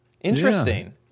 Interesting